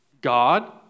God